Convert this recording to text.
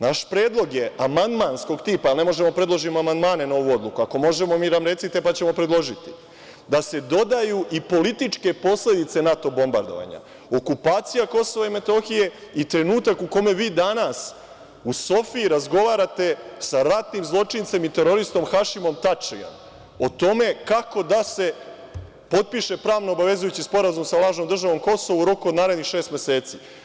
Naš predlog je amandmanskog tipa, a ne možemo da predložimo amandmane na ovu odluku, ako možemo, vi nam recite, pa ćemo predložiti, da se dodaju i političke posledice NATO bombardovanja, okupacija Kosova i Metohije i trenutak u kome vi danas u Sofiji razgovarate sa ratnim zločincem i teroristom Hašimom Tačijem o tome kako da se potpiše pravo obavezujući sporazum sa lažnom državom Kosovo u roku od narednih šest meseci.